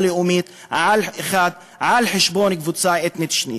לאומית אחת על חשבון קבוצה אתנית שנייה.